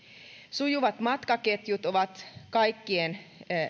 sujuvat matkaketjut ovat kaikkien